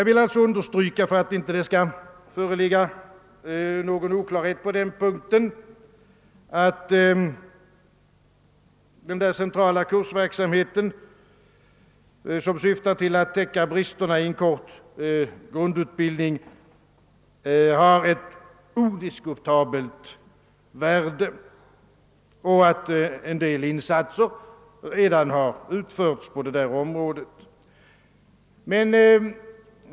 För att det inte skall föreligga någon oklarhet på denna punkt vill jag understryka, att den centrala kursverksamhet som yftar till att täcka bristerna i en kort grundutbildning har ett odiskutabelt värde och att en del insatser redan har gjorts på detta område.